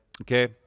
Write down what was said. okay